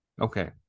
Okay